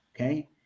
okay